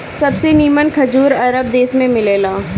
सबसे निमन खजूर अरब देश में मिलेला